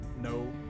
no